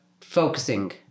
focusing